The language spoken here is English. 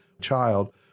child